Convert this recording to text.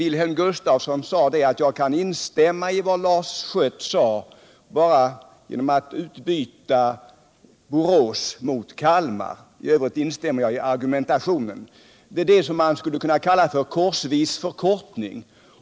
Wilhelm Gustafsson sade t.ex. så här: Jag kan instämma i vad Lars Schött anförde och nöja mig med att bara utbyta Kalmar mot Borås. I övrigt instämmer jag i argumentationen. — Det där är något som man skulle kunna kalla för korsvis förkortning.